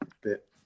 bit